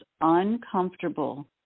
uncomfortable